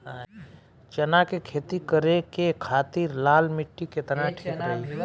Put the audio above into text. चना के खेती करे के खातिर लाल मिट्टी केतना ठीक रही?